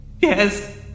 Yes